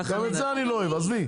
גם את זה אני לא אוהב עזבי.